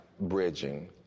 bridging